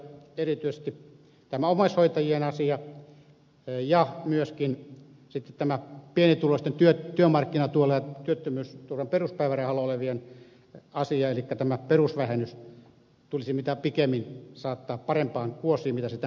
erityisesti tämä omaishoitajien asia ja myöskin sitten tämä pienituloisten työmarkkinatuella ja työttömyysturvan peruspäivärahalla olevien asia elikkä tämä perusvähennys tulisi mitä pikimmin saattaa parempaan kuosiin mitä se tällä hetkellä on